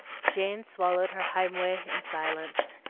jane swallowed her heimweh in silence,